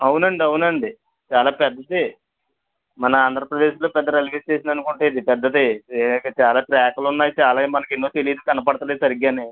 అవునండి అవునండి చాలా పెద్దది మన ఆంధ్రప్రదేశ్లో పెద్ద రైల్వే స్టేషన్ అనుకుంటే ఇది పెద్దది ఇంకా చాలా ట్రాక్లున్నాయి చాలా మనకెన్నో తెలియక కనపడతలేదు సరిగ్గాను